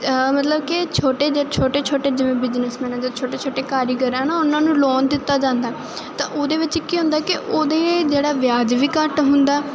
ਮਤਲਬ ਕਿ ਛੋਟੇ ਜਿਹੇ ਛੋਟੇ ਛੋਟੇ ਜਿਵੇਂ ਬਿਜ਼ਨਸ ਮੈਨ ਤੋਂ ਛੋਟੇ ਛੋਟੇ ਕਾਰੀਗਰ ਆ ਨਾ ਉਹਨਾਂ ਨੂੰ ਲੋਨ ਦਿੱਤਾ ਜਾਂਦਾ ਤਾਂ ਉਹਦੇ ਵਿੱਚ ਕੀ ਹੁੰਦਾ ਕਿ ਉਹਦੇ ਜਿਹੜਾ ਵਿਆਜ ਵੀ ਘੱਟ ਹੁੰਦਾ ਤੇ ਉਹ